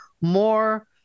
more